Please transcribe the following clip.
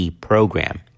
program